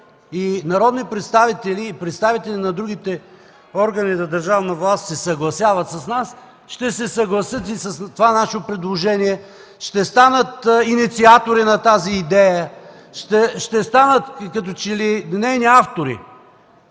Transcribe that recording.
народни представители, и представители на други органи на държавната власт се съгласяват с нас, ще се съгласят и с това наше предложение. Ще станат инициатори на тази идея, ще станат като че ли нейни автори,